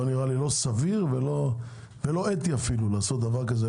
לא נראה לי סביר ולא אתי אפילו לעשות דבר כזה,